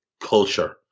culture